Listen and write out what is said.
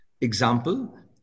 Example